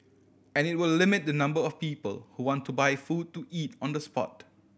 and it will limit the number of people who want to buy food to eat on the spot